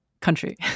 country